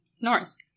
Norris